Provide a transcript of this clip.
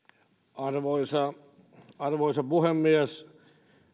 arvoisa arvoisa puhemies